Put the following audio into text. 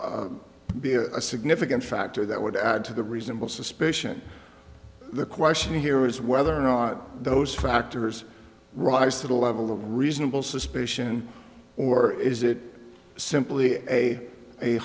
certainly be a significant factor that would add to the reasonable suspicion the question here is whether or not those factors rise to the level of reasonable suspicion or is it simply a a